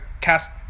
cast